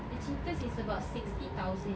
the cheapest is about sixty thousand eh